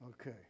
Okay